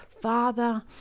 father